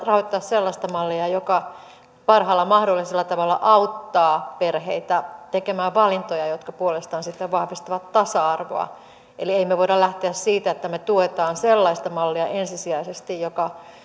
rahoittaa sellaista mallia joka parhaalla mahdollisella tavalla auttaa perheitä tekemään valintoja jotka puolestaan sitten vahvistavat tasa arvoa eli emme me voi lähteä siitä että me tuemme ensisijaisesti sellaista mallia joka